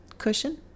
cushion